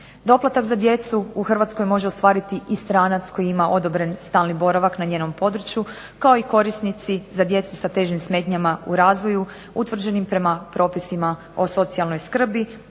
Doplatak za djecu u Hrvatskoj može ostvariti i stranac koji ima odobren stalni boravak na njenom području kao i korisnici za djecu sa težim smetnjama u razvoju utvrđenim prema propisima o socijalnoj skrbi